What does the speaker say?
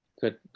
good